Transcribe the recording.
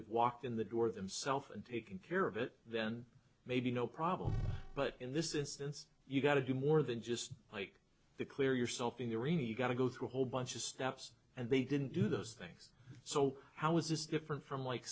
have walked in the door themself and taken care of it then maybe no problem but in this instance you've got to do more than just like the clear yourself in the arena you've got to go through a whole bunch of steps and they didn't do those things so how is this different from like